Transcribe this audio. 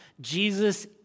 Jesus